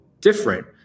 different